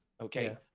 Okay